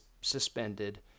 suspended